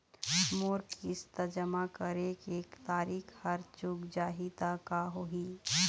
मोर किस्त जमा करे के तारीक हर चूक जाही ता का होही?